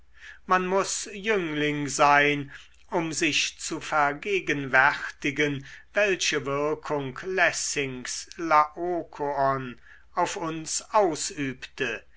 man muß jüngling sein um sich zu vergegenwärtigen welche wirkung lessings laokoon auf uns ausübte